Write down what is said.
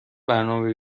برنامه